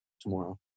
tomorrow